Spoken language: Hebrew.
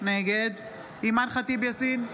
נגד אימאן ח'טיב יאסין,